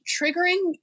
triggering